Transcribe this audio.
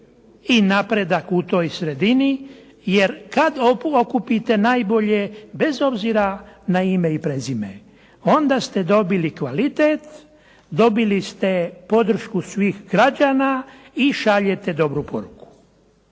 i napredak u toj sredini, jer kada okupite najbolje bez obzira na ime i prezime, onda ste dobili kvalitete, dobili ste podršku svih građana i šaljete dobru poruku.